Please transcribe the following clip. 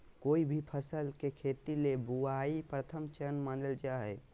कोय भी फसल के खेती ले बुआई प्रथम चरण मानल जा हय